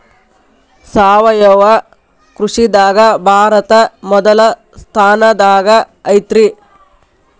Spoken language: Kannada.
ಸಾವಯವ ಕೃಷಿದಾಗ ಭಾರತ ಮೊದಲ ಸ್ಥಾನದಾಗ ಐತ್ರಿ